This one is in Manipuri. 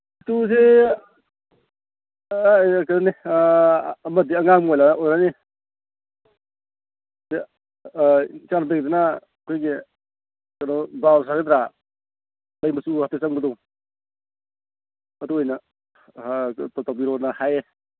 ꯑꯗꯨꯗꯤ ꯀꯩꯅꯣꯅꯦ ꯑꯃꯗꯤ ꯑꯉꯥꯡꯕ ꯑꯣꯏꯅ ꯑꯣꯏꯔꯅꯤ ꯏꯆꯥꯅꯨꯄꯤꯒꯤꯗꯨꯅ ꯑꯩꯈꯣꯏꯒꯤ ꯀꯩꯅꯣ ꯕ꯭ꯔꯥꯎꯁ ꯍꯥꯏꯒꯗ꯭ꯔꯥ ꯂꯩ ꯃꯆꯨ ꯍꯥꯏꯐꯦꯠ ꯆꯪꯕꯗꯣ ꯑꯗꯨ ꯑꯣꯏꯅ ꯇꯧꯕꯤꯔꯣꯅ ꯍꯥꯏꯌꯦ